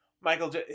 Michael